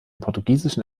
portugiesischen